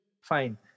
fine